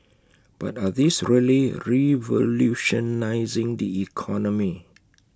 but are these really revolutionising the economy